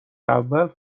اول